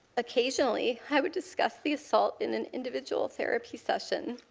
occasionally i would discuss the assault in an individual their possession,